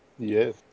Yes